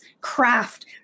craft